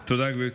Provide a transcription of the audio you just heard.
תודה, גברתי.